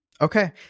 Okay